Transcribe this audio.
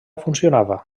funcionava